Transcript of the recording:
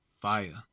Fire